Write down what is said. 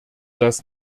das